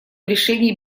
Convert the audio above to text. решении